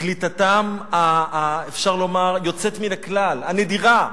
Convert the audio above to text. קליטתם אפשר לומר, היוצאת מן הכלל, הנדירה,